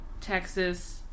Texas